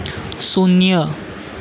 શૂન્ય